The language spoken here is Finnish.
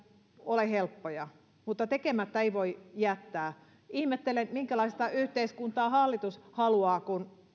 ole helppoja mutta tekemättä ei voi jättää ihmettelen minkälaista yhteiskuntaa hallitus haluaa kun